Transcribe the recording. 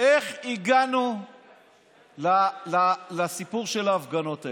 איך הגענו לסיפור של ההפגנות האלה,